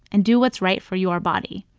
and do what's right for your body.